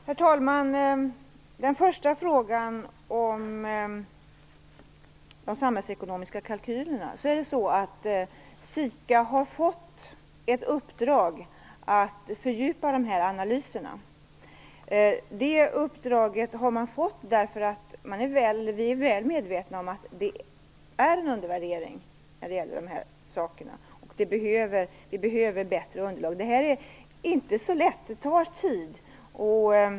Herr talman! Den första frågan gällde de samhällsekonomiska kalkylerna. SIKA har fått ett uppdrag att fördjupa de här analyserna, och man har fått det uppdraget därför att vi är väl medvetna om att det är en undervärdering av de här sakerna och vi behöver bättre underlag. Det här är inte så lätt, och det tar tid.